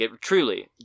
truly